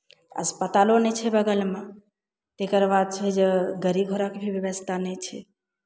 अस्पतालो नहि छै बगलमे तकर बाद छै जे गाड़ी घोड़ाके भी व्यवस्था नहि छै